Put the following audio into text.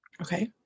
Okay